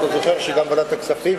אתה זוכר שגם בוועדת הכספים,